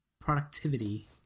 productivity